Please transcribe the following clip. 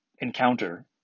encounter